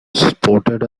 sported